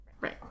Right